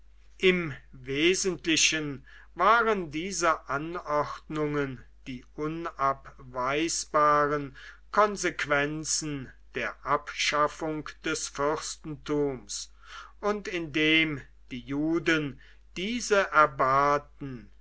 im wesentlichen waren diese anordnungen die unabweisbaren konsequenzen der abschaffung des fürstentums und indem die juden diese erbaten